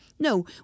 No